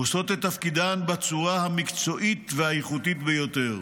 עושות את תפקידן בצורה המקצועית והאיכותית ביותר.